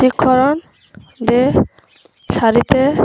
শিক্ষরণ দে শড়িতে